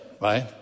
right